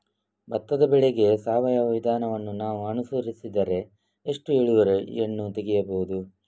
ಭತ್ತದ ಬೆಳೆಗೆ ಸಾವಯವ ವಿಧಾನವನ್ನು ನಾವು ಅನುಸರಿಸಿದರೆ ಎಷ್ಟು ಇಳುವರಿಯನ್ನು ತೆಗೆಯಬಹುದು?